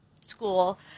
school